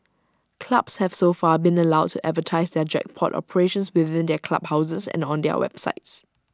clubs have so far been allowed to advertise their jackpot operations within their clubhouses and on their websites